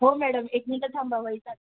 हो मॅडम एक मिंटं थांबावं